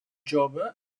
jove